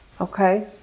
okay